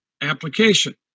application